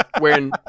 wearing